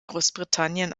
großbritannien